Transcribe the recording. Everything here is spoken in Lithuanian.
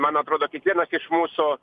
man atrodo kiekvienas iš mūsų